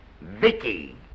Vicky